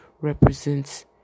represents